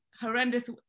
horrendous